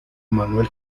manuel